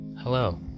Hello